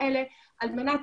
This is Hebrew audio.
אבל זו האמת,